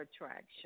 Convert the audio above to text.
Attraction